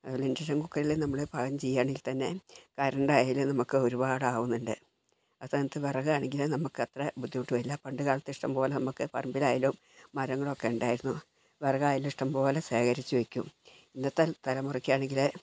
അത്പോലെ ഇൻഡക്ഷൻ കുക്കറിൽ നമ്മൾ പാകം ചെയ്യുകയാണെങ്കിൽ തന്നെ കറണ്ട് ആയാലും നമുക്ക് ഒരുപാട് ആവുന്നുണ്ട് ആ സ്ഥാനത്ത് വിറക് ആണെങ്കിൽ നമുക്കത്ര ബുദ്ധിമുട്ട് വരില്ല പണ്ട്കാലത്ത് ഇഷ്ടംപോലെ നമുക്ക് പറമ്പിലായാലും മരങ്ങളൊക്കെയുണ്ടായിരുന്നു വിറകായലും ഇഷ്ടംപോലെ ശേഖരിച്ച് വെയ്ക്കും ഇന്നത്തെ തലമുറയ്ക്ക് ആണെങ്കിൽ